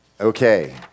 Okay